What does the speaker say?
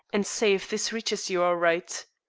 and say if this reaches you all right.